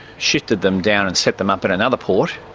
shifted them down and set them up at another port,